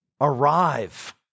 arrive